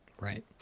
Right